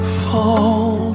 fall